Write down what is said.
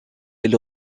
elle